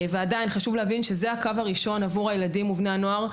ועדיין חשוב להבין שזה הקו הראשון עבור הילדים ובני הנוער,